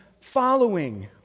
following